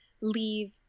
leave